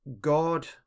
God